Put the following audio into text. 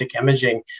imaging